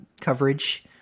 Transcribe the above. coverage